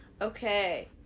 Okay